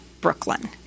Brooklyn